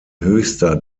höchster